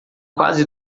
quase